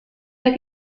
der